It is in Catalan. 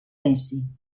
messi